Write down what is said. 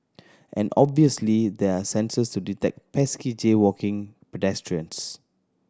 and obviously there are sensors to detect pesky jaywalking pedestrians